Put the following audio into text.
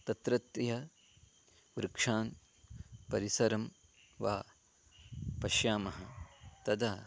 तत्रत्यवृक्षान् परिसरं वा पश्यामः तदा